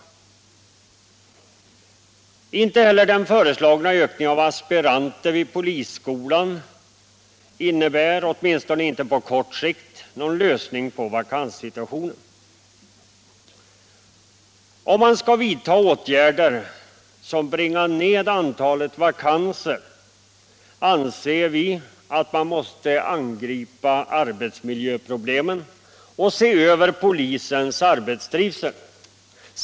Inte heller kan den föreslagna ökningen av aspiranter vid polisskolan innebära någon lösning på vakanssituationen — åtminstone inte på kort sikt. Om man skall vidta åtgärder som bringar ned antalet vakanser anser vi att man måste angripa arbetsmiljöproblemen och se över polisens arbetstrivsel.